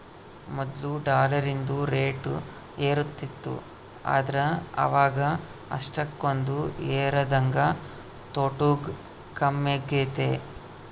ಮೊದ್ಲು ಡಾಲರಿಂದು ರೇಟ್ ಏರುತಿತ್ತು ಆದ್ರ ಇವಾಗ ಅಷ್ಟಕೊಂದು ಏರದಂಗ ತೊಟೂಗ್ ಕಮ್ಮೆಗೆತೆ